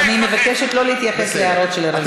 אני מבקשת לא להתייחס להערות של אראל מרגלית.